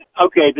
Okay